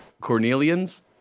Cornelians